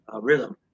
rhythm